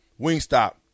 Wingstop